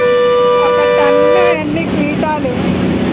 ఒక టన్ను ఎన్ని క్వింటాల్లు?